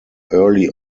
early